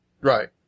Right